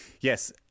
yes